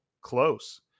close